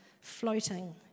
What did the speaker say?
floating